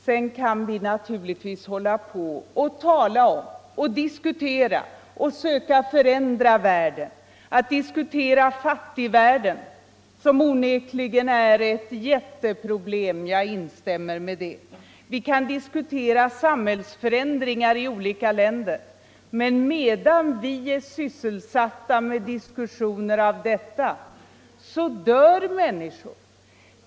— Sedan kan vi naturligtvis hålla på att debattera och söka förändra världen och diskutera fattigvärlden, som onekligen är ett jätteproblem; jag instämmer i det. Vi kan diskutera samhällsförändringar i olika länder, men medan vi är sysselsatta med diskussioner om dessa saker dör människor.